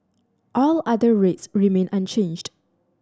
all other rates remain unchanged